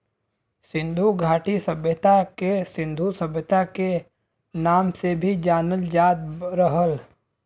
सिन्धु घाटी सभ्यता के सिन्धु सभ्यता के नाम से भी जानल जात रहल